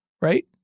right